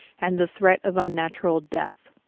and the threat of unnatural death.